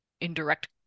indirect